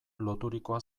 loturikoa